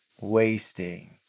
wasting